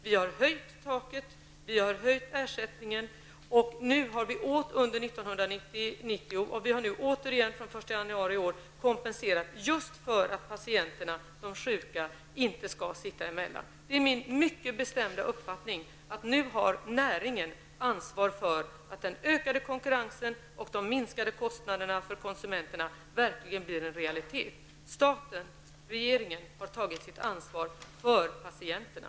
Vi har höjt taket, vi har höjt ersättningen under 1990, och vi har nu återigen från den 1 januari kompenserat, just för att patienterna, de sjuka, inte skall behöva sitta emellan. Det är min mycket bestämda uppfattning att näringen nu har ansvar för att den ökade konkurrensen och de minskade kostnaderna för konsumenterna verkligen blir en realitet. Staten, regeringen, har tagit sitt ansvar för patienterna.